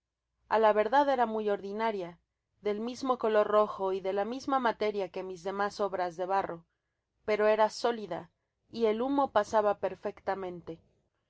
a la verdad era muy ordinaria del mismo color rojo y de la misma materia que mis demas obras de barro pero era sólida y el humo pasaba perfectamente